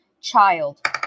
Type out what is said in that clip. child